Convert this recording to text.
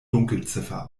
dunkelziffer